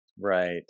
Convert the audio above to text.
Right